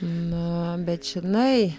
na bet žinai